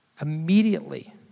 Immediately